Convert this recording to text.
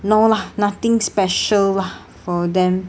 no lah nothing special lah for them